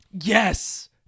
Yes